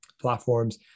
platforms